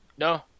No